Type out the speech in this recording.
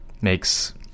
makes